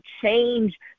change